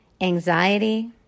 Anxiety